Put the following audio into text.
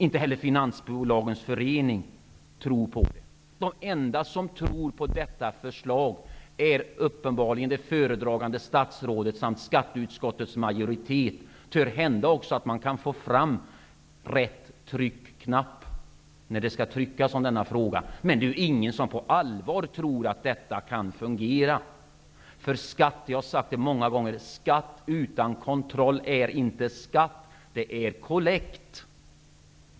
Inte heller Finansbolagens förening tror på det. De enda som tror på detta förslag är uppenbarligen det föredragande statsrådet samt skatteutskottets majoritet. Törhända att man också kan få fram rätt tryckknapp när det skall röstas om denna fråga. Men det är ingen som på allvar tror att detta kan fungera. Jag har sagt det många gånger: Skatt utan kontroll är inte skatt, det är kollekt.